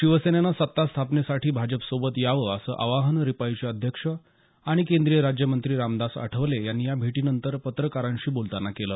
शिवसेनेनं सत्ता स्थापनेसाठी भाजपसोबत यावं असं आवाहन रिपाईंचे अध्यक्ष आणि केंद्रीय राज्यमंत्री रामदास आठवले यांनी या भेटीनंतर पत्रकारांशी बोलताना केलं